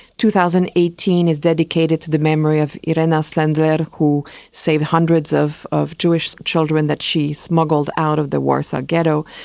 two thousand and eighteen is dedicated to the memory of irena sendler who saved hundreds of of jewish children that she smuggled out of the warsaw ghetto.